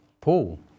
Paul